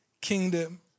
kingdom